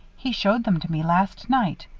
he showed them to me last night.